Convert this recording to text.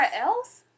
else